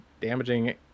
damaging